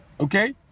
Okay